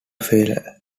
failure